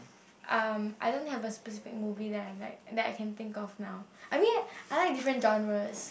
um I don't have a specific movie that I like that I can think of now I mean I like different genres